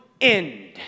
end